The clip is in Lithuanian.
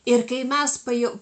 ir kai mes pajau